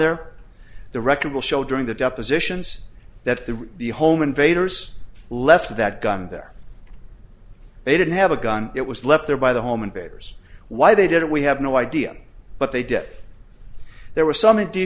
there the record will show during the depositions that the home invaders left that gun there they didn't have a gun it was left there by the home invaders why they did it we have no idea but they did there was some